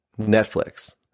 Netflix